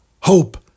hope